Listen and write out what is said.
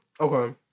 Okay